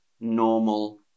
Normal